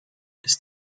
ist